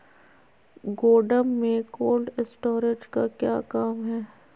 गोडम में cold storage का क्या काम है?